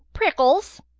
prickles!